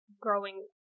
growing